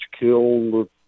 killed